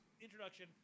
introduction